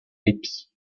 leaps